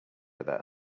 other